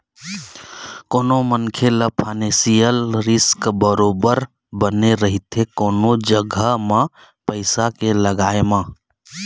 कोनो मनखे ल फानेसियल रिस्क बरोबर बने रहिथे कोनो जघा म पइसा के लगाय म